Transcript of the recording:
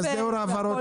בהחלט.